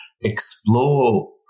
explore